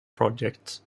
projects